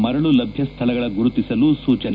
ಮರಳು ಲಭ್ಯ ಸ್ಥಳಗಳ ಗುರುತಿಸಲು ಸೂಚನೆ